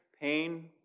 pain